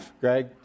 Greg